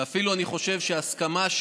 ואפילו אני חושב שהסכמה: